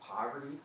poverty